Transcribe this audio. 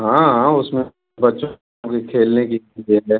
हाँ हाँ उसमें बच्चों को भी खेलने की चीजे है